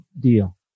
deal